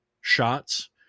shots